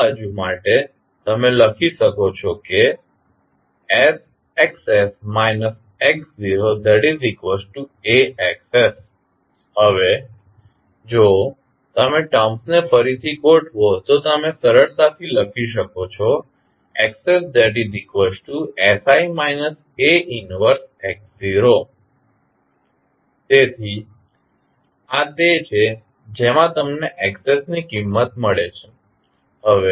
આ બાજુ માટે તમે લખી શકો છો sXs x0AXs હવે જો તમે ટર્મ્સ ને ફરીથી ગોઠવો તો તમે સરળતાથી લખી શકો છો XssI A 1x0 તેથી આ તે છે જેમાં તમને Xs ની કિંમત મળે છે